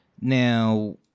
Now